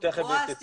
בועז,